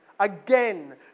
Again